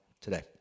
today